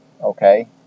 Okay